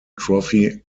trophy